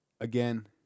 again